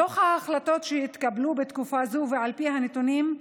מתוך ההחלטות שהתקבלו בתקופה זו, לפי הנתונים,